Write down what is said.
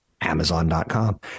Amazon.com